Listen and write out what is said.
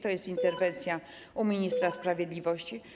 To jest interwencja u ministra sprawiedliwości.